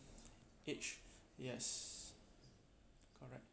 each yes correct